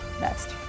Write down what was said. Next